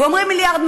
ואומרים 1.2 מיליארד.